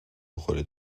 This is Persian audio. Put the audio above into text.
بخوره